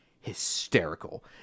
hysterical